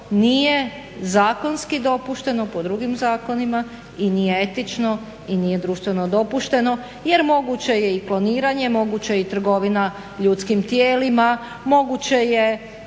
nije zakonski dopušteno po drugim zakonima i nije etično i nije društveno dopušteno jer moguće je i kloniranje, moguća je i trgovina ljudskim tijelima, moguće je